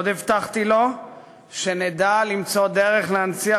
עוד הבטחתי לו שנדע למצוא דרך להנציח